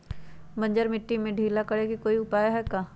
बंजर मिट्टी के ढीला करेके कोई उपाय है का?